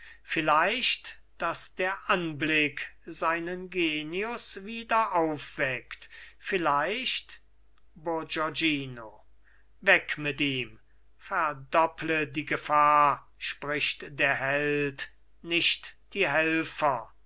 vielleicht daß der anblick seinen genius wieder aufweckt vielleichtbourgognino weg mit ihm verdopple die gefahr spricht der held nicht die helfer